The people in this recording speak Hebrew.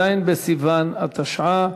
ז' בסיוון התשע"ה,